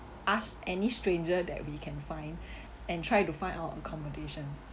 ask any stranger that we can find and try to find out accommodation